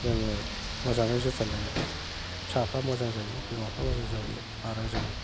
जोङो मोजाङै जोथोन लायोबा फिसाफोरा मोजां जायो बिमाफोरा मोजां जायो आरो जों